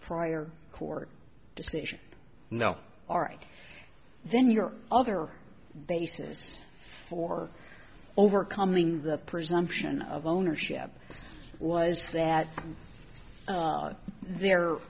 prior court decision no ari then your other basis for overcoming the presumption of ownership was that there